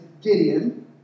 Gideon